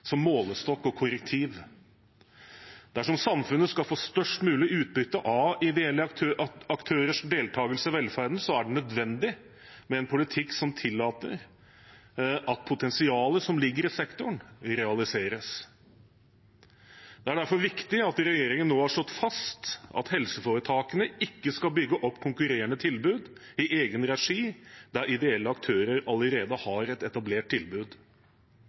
som målestokk og korrektiv. Dersom samfunnet skal få størst mulig utbytte av ideelle aktørers deltakelse i velferden, er det nødvendig med en politikk som tillater at potensialet som ligger i sektoren, realiseres. Det er derfor viktig at regjeringen nå har slått fast at helseforetakene ikke skal bygge opp konkurrerende tilbud i egen regi der ideelle aktører allerede har et etablert